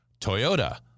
Toyota